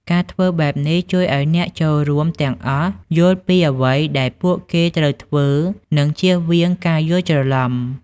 ការធ្វើបែបនេះ ជួយឱ្យអ្នកចូលរួមទាំងអស់យល់ពីអ្វីដែលពួកគេត្រូវធ្វើ និងជៀសវាងការយល់ច្រឡំ។